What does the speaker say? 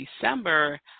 December